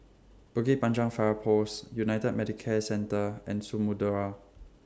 Bukit Panjang Fire Post United Medicare Centre and Samudera